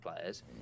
players